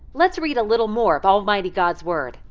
let's read a little more of almighty god's word.